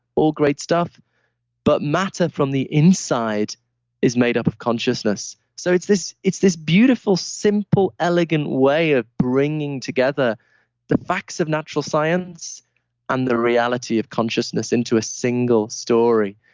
all great stuff but matter from the inside is made up of consciousness. so, it's this, it's this beautiful, simple, elegant way of bringing together the facts of natural science and the reality of consciousness into a single story.